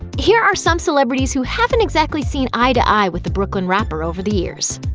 here are some celebrities who haven't exactly seen eye to eye with the brooklyn rapper over the years.